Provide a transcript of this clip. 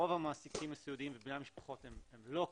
רוב המעסיקים הסיעודיים ובני המשפחות הם לא כאלה,